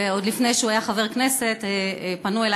ועוד לפני שהוא היה חבר כנסת פנו אלי